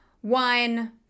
one